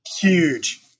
Huge